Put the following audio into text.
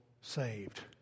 saved